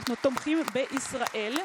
ואנחנו תומכים בישראל.